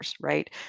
right